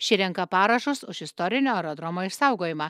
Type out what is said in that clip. ši renka parašus už istorinio aerodromo išsaugojimą